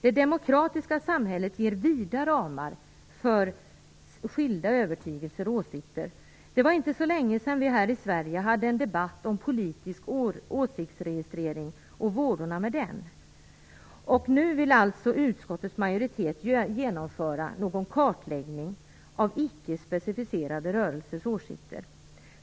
Det demokratiska samhället ger vida ramar för skilda övertygelser och åsikter. Det var inte så länge sedan som vi här i Sverige hade en debatt om politisk åsiktsregistrering och vådorna med den. Nu vill utskottets majoritet alltså genomföra en kartläggning av icke specificerade rörelsers åsikter.